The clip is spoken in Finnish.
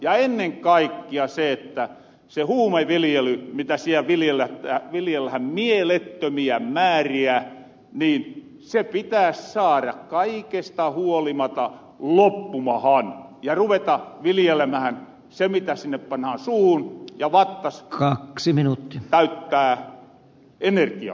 ja ennen kaikkia se huumeviljely siä viljellähän huumeita mielettömiä määriä pitäs saara kaikesta huolimata loppumahan ja ruveta viljelemähän sitä mitä suuhun pannahan ja mikä vattat täyttää muuttuu energiaksi